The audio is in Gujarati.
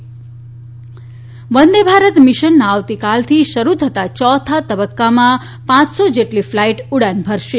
વંદે મિશન વંદે ભારત મિશનના આવતીકાલથી શરૂ થતા ચોથા તબક્કામાં પાંચસો જેટલી ફ્લાઇટ ઉડાન ભરશે